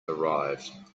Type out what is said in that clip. arrived